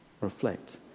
reflect